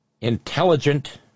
intelligent